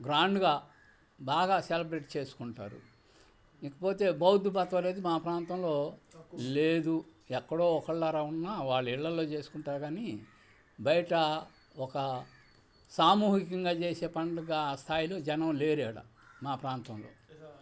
గ్రాండ్గా బాగా సెలబ్రేట్ చేసుకుంటారు ఇకపోతే బౌద్ధ మతం అనేది మా ప్రాంతంలో లేదు ఎక్కడో ఒకళ్ళరా ఉన్న వాళ్ళ ఇళ్ళల్లో చేసుకుంటారు కానీ బయట ఒక సామూహికంగా చేసే పండుగ స్థాయిలో జనం లేరు ఇక్కడ మా ప్రాంతంలో